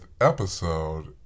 episode